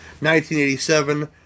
1987